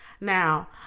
Now